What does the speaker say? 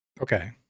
okay